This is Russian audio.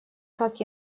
как